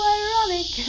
ironic